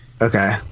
Okay